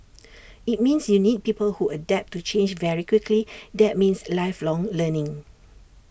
IT means you need people who adapt to change very quickly that means lifelong learning